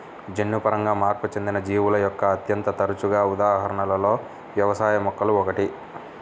జన్యుపరంగా మార్పు చెందిన జీవుల యొక్క అత్యంత తరచుగా ఉదాహరణలలో వ్యవసాయ మొక్కలు ఒకటి